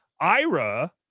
Ira